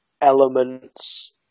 elements